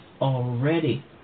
already